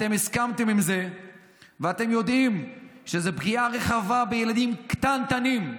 אתם הסכמתם לזה ואתם יודעים שזו פגיעה רחבה בילדים קטנטנים,